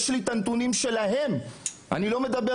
המקום